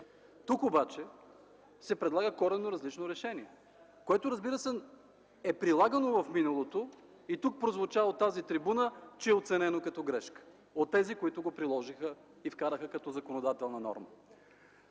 Тук обаче се предлага коренно различно решение, което, разбира се, е прилагано в миналото и тук прозвуча от тази трибуна, че е оценено като грешка от тези, които го приложиха и вкараха като законодателна норма.